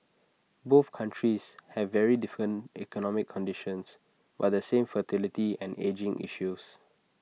both countries have very different economic conditions but the same fertility and ageing issues